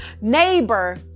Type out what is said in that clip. neighbor